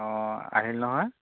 অঁ আহিল নহয়